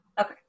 Okay